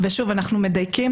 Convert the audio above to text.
ושוב אנחנו מדייקים.